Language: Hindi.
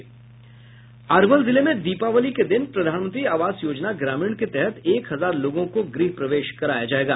अरवल जिले में दीपावली के दिन प्रधानमंत्री आवास योजना ग्रामीण के तहत एक हजार लोगों को गृहप्रवेश कराया जायेगा